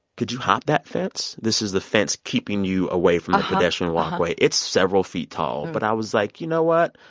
could you hop that fence? this is the fence keeping you away from a pedestrian walkway. it's several feet tall. but i was like, you know what?